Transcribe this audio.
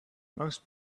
most